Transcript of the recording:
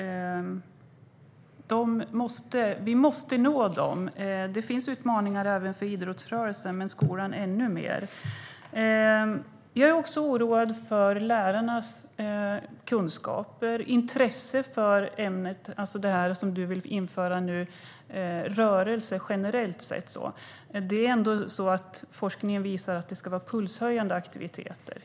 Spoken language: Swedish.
Vi måste nå dem. Det finns utmaningar även för idrottsrörelsen, men det gäller i ännu högre grad för skolan. Jag är också oroad för lärarnas kunskaper om och intresse för ämnet som du, Gustav Fridolin, vill införa - rörelse generellt sett. Forskningen visar att aktiviteterna ska vara pulshöjande.